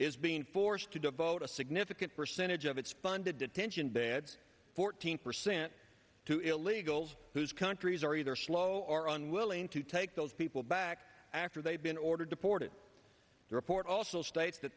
is being forced to devote a significant percentage of its funded detention beds fourteen percent to illegals whose countries are either slow or unwilling to take those people back after they've been ordered deported the report also states th